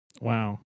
wow